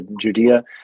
judea